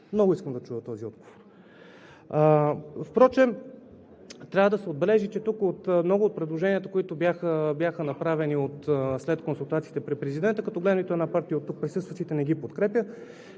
Много искам да чуя този отговор. Впрочем трябва да се отбележи, че тук много от предложенията, които бяха направени след консултации при президента, като гледам, нито една партия от присъстващите не ги подкрепя.